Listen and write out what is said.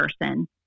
person